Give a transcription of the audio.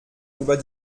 über